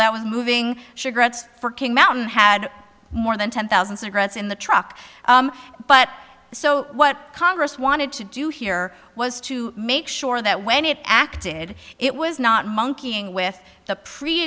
that was moving should gretz for king mountain had more than ten thousand cigarettes in the truck but so what congress wanted to do here was to make sure that when it acted it was not monkeying with the pre